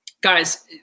guys